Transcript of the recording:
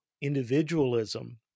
individualism